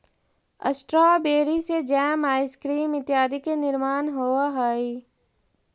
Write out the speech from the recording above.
strawberry से jam, ice cream इत्यादि के निर्माण होवऽ हइ